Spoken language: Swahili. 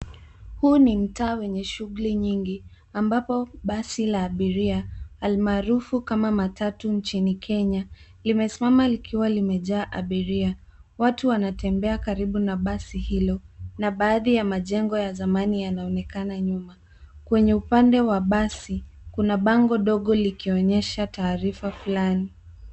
Huu ni mtaa wenye shughuli nyingi ambapo basi la abiria almaarufu kama matatu nchini Kenya. Limesimama likiwa limejaa abiria. Watu wanatembea karibu na basi hilo na baadhi ya majengo ya zamani yanaonekana nyuma. Kwenye upande wa basi kuna bango ndogo likionyesha taarifa fulani.